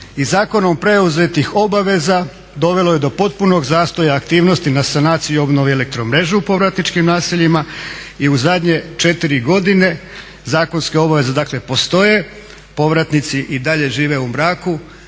i zakonom preuzetih obaveza dovelo je do potpunog zastoja aktivnosti na sanaciji i obnovi elektro mreže u povratničkim naseljima i u zadnje četiri godine zakonske obaveze, dakle postoje. Povratnici i dalje žive u mraku